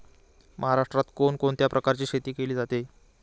महाराष्ट्रात कोण कोणत्या प्रकारची शेती केली जाते?